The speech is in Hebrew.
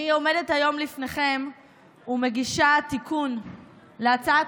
אני עומדת היום לפניכם ומגישה תיקון להצעת